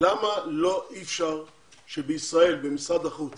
למה אי אפשר שבישראל, במשרד החוץ